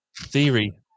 theory